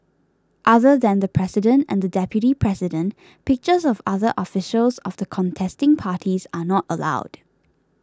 other than the president and the deputy president pictures of other officials of the contesting parties are not allowed